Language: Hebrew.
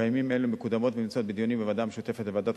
בימים אלו מקודמת ונמצאת בדיונים בוועדה המשותפת לוועדת